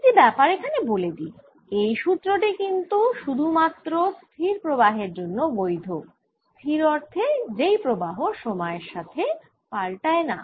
একটি ব্যাপার এখানে বলে দিই এই সুত্র টি কিন্তু শুধু মাত্র স্থির প্রবাহের জন্য বৈধ স্থির অর্থে যেই প্রবাহ সময়ের সাথে পাল্টায় না